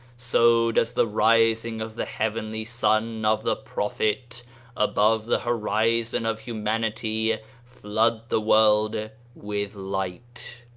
so does the rising of the heavenly sun of the prophet above the horizon of humanity flood the world with light.